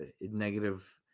negative